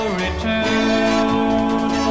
return